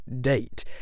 date